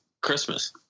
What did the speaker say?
Christmas